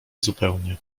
zupełnie